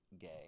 gay